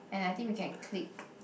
and I think we can click